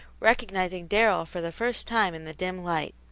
recognizing darrell for the first time in the dim light.